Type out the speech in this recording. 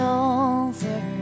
over